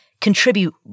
contribute